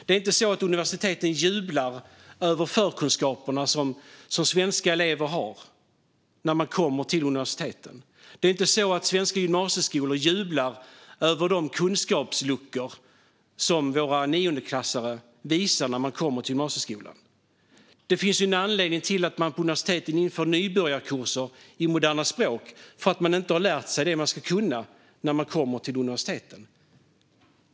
Det är inte så att universiteten jublar över svenska elevers förkunskaper när de kommer till universitetet. Det är inte så att svenska gymnasieskolor jublar över de kunskapsluckor våra niondeklassare visar när de kommer till gymnasieskolan. Det finns en anledning till att man på universiteten inför nybörjarkurser i moderna språk; studenterna har nämligen inte lärt sig det de ska kunna när de kommer till universitetet.